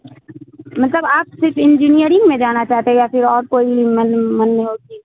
مطلب آپ صرف انجینئرنگ میں جانا چاہتے ہیں یا پھر اور کوئی من من میں ہوتی